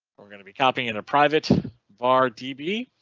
we're going to be popping in a private var db.